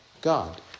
God